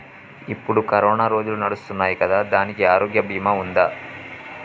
ఇప్పుడు కరోనా రోజులు నడుస్తున్నాయి కదా, దానికి ఆరోగ్య బీమా ఉందా?